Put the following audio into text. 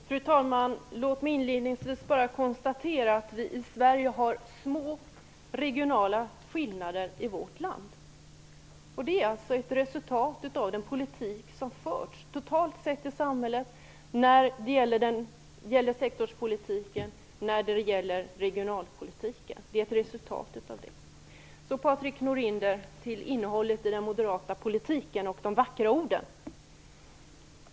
Fru talman! Låt mig inledningsvis bara konstatera att vi i Sverige har små regionala skillnader. Det är ett resultat av den politik som förts totalt sett i samhället när det gäller sektorspolitiken och regionalpolitiken. Så till innehållet i den moderata politiken och de vackra orden.